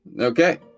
Okay